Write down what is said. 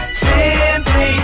simply